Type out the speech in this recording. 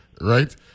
right